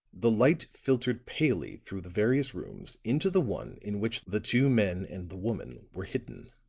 the light filtered palely through the various rooms into the one in which the two men and the woman were hidden